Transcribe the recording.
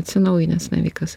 atsinaujinęs navikas